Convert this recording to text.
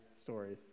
story